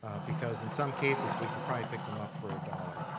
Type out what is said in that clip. because in some cases, we can probably pick them up for a dollar.